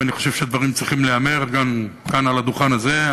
ואני חושב שהדברים צריכים להיאמר גם כאן על הדוכן הזה.